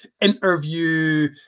interview